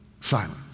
Silence